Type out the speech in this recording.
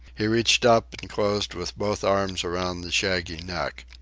he reached up and closed with both arms around the shaggy neck.